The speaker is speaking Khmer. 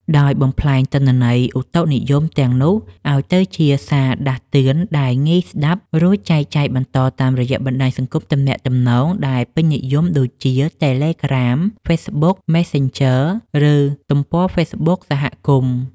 ដោយបំប្លែងទិន្នន័យឧតុនិយមទាំងនោះឱ្យទៅជាសារដាស់តឿនដែលងាយស្ដាប់ រួចចែកចាយបន្តតាមរយៈបណ្ដាញទំនាក់ទំនងសង្គមដែលពេញនិយមដូចជា តេឡេក្រាម (Telegram) ហ្វេសប៊ុក (Facebook) មេសសិនជឺ (Messenger) ឬទំព័រហ្វេសប៊ុកសហគមន៍។